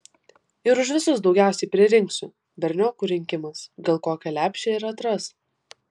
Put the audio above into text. ir už visus daugiausiai pririnksiu berniokų rinkimas gal kokią lepšę ir atras